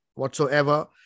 whatsoever